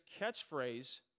catchphrase